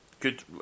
good